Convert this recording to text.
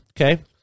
Okay